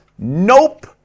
Nope